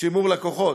שימור לקוחות.